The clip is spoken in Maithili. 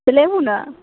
तऽ लेबहू ने